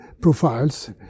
profiles